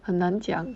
很难讲